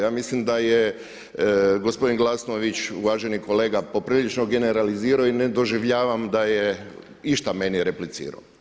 Ja mislim da je gospodin Glasnović, uvaženi kolega poprilično generalizirao i ne doživljavam da je išta meni replicirao.